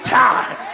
time